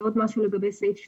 עוד משהו לגבי סעיף 2,